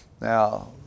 Now